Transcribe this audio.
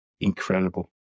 incredible